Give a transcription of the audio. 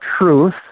truth